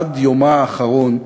עד יומה האחרון,